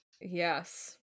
Yes